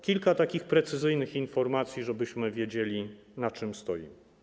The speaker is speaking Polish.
Kilka takich precyzyjnych informacji, żebyśmy wiedzieli, na czym stoimy.